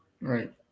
Right